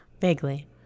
Vaguely